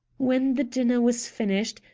when the dinner was finished,